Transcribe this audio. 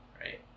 right